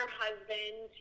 husband